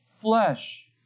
flesh